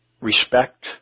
Respect